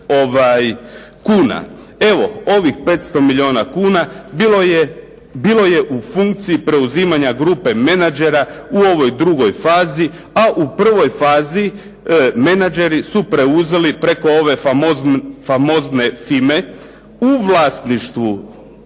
kuna. Evo ovih 500 milijuna kuna bilo je u funkciji preuzimanja grupe menadžera u ovoj drugoj fazi, a u prvoj fazi menadžeri su preuzeli preko ove famozne FIMA-e u vlasništvu